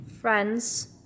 Friends